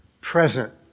present